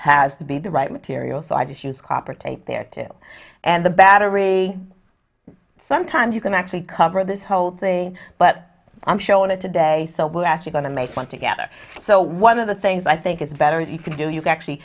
has to be the right material so i just use copper tape there too and the battery sometimes you can actually cover this whole thing but i'm showing it today so we're actually going to make one together so one of the things i think is better you can do you actually